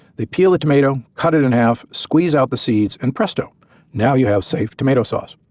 they peel the tomato, cut it in half, squeeze out the seeds and presto now you have safe tomato sauce.